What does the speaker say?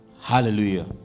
Hallelujah